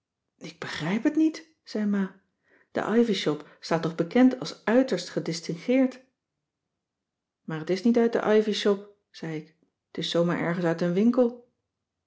ik begrijp het niet zei ma de ivy shop staat toch bekend als uiterst gedistingueerd maar het is niet uit de ivy shop zei ik t is zoo maar ergens uit een winkel